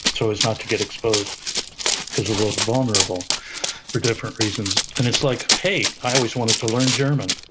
so as not to get exposed cause we're both vulnerable for different reasons, and it's like, hey, i always wanted to learn german.